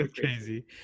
crazy